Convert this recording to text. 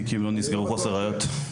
תיקים לא נסגרו מחוסר ראיות.